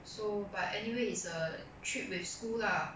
so but anyway is a trip with school lah